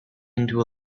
into